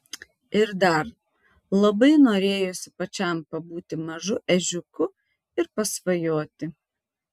ir dar labai norėjosi pačiam pabūti mažu ežiuku ir pasvajoti